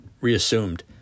reassumed